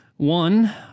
One